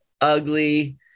ugly